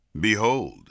Behold